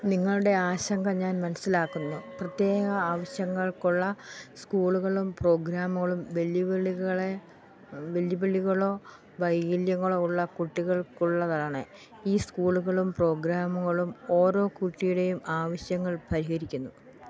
നിങ്ങളുടെ ആശങ്ക ഞാൻ മനസ്സിലാക്കുന്നു പ്രത്യേക ആവശ്യങ്ങൾക്കുള്ള സ്കൂളുകളും പ്രോഗ്രാമുകളും വെല്ലുവിളികളെ വെല്ലുവിളികളോ വൈകല്യങ്ങളോ ഉള്ള കുട്ടികൾക്കുള്ളതാണ് ഈ സ്കൂളുകളും പ്രോഗ്രാമുകളും ഓരോ കുട്ടിയുടെയും ആവശ്യങ്ങൾ പരിഹരിക്കുന്നു